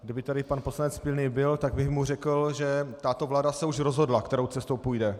Kdyby tady pan poslanec Pilný byl, tak bych mu řekl, že tato vláda se už rozhodla, kterou cestou půjde.